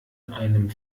einem